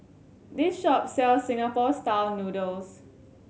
this shop sells Singapore Style Noodles